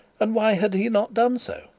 and why had he not done so?